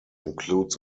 includes